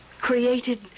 created